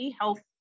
Health